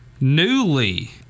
newly